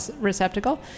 receptacle